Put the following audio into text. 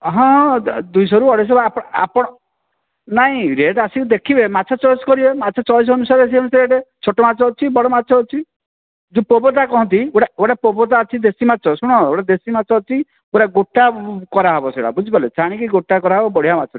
ହଁ ହଁ ଦୁଇ ଶହ ରୁ ଅଢ଼େଇଶ ଆପଣ ଆପଣ ନାଇଁ ରେଟ୍ ଆସିକି ଦେଖିବେ ମାଛ ଚଏସ କରିବେ ମାଛ ଚଏସ ଅନୁସାରେ ଯେମିତି ରେଟ୍ ଛୋଟ ମାଛ ଅଛି ବଡ଼ ମାଛ ଅଛି ଯେଉଁ ପୋବୋତା କହନ୍ତି ଗୋଟେ ପୋବୋତା ଅଛି ଦେଶୀ ମାଛ ଶୁଣ ଗୋଟେ ଦେଶୀ ମାଛ ଅଛି ପୁରା ଗୋଟା କରାହେବ ସେଗୁଡ଼ା ବୁଝିପାରିଲେ ଛାଣିକି ଗୋଟା କରାହେବ ବଢ଼ିଆ ମାଛ ଟିଏ